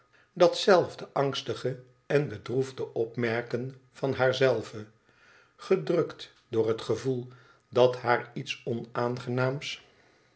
dat zelfde angstige ea bedroefde opmerken van haar zelve gedrukt door het gevoel dat haar iets onaangenaams